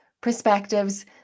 perspectives